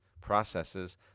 processes